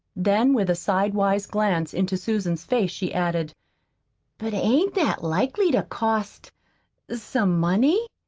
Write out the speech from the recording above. then, with a sidewise glance into susan's face, she added but ain't that likely to cost some money?